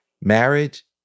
Marriage